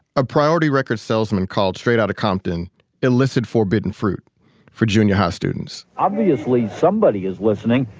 a priority records salesman called straight outta compton illicit, forbidden fruit for junior high students obviously, somebody is listening.